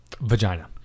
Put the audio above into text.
Vagina